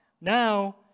now